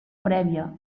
prèvia